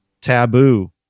taboo